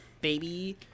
baby